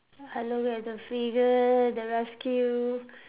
hello we have the Freegan the rescue